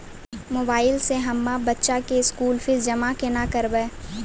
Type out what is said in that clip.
Mobile से हम्मय बच्चा के स्कूल फीस जमा केना करबै?